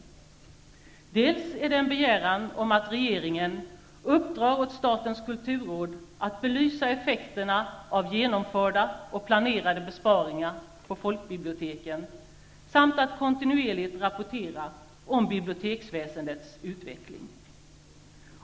För det tredje har vi en begäran om att regeringen skall uppdra åt statens kulturråd att belysa effekterna av genomförda och planerade besparingar på folkbiblioteken samt att kontinuerligt rapportera om biblioteksväsendets utveckling.